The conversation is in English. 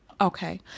Okay